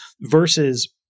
versus